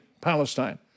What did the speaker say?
Palestine